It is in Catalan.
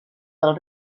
del